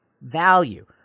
value